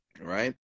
right